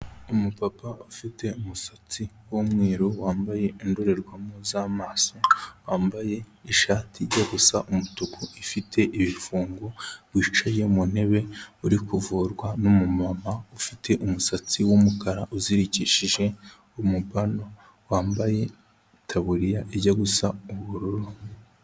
Umupapa ufite umusatsi w'umweru wambaye indorerwamo z'amaso. Wambaye ishati ijya gusa umutuku ifite ibifungo wicaye mu ntebe uri kuvurwa n'umumama ufite umusatsi w'umukara uzirikishije umubano, wambaye itaburiya ijya gusa ubururu.